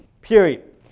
period